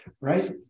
Right